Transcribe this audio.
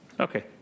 Okay